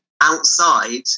outside